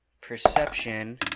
Perception